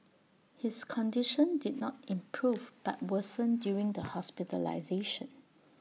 his condition did not improve but worsened during the hospitalisation